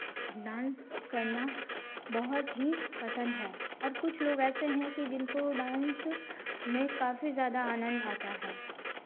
dance करना बहुत ही पसंद है और कुछ लोग ऐसे हैं कि जिनको डांस में काफी ज़्यादा आनंद आता है